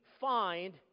find